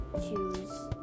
choose